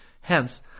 Hence